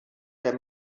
der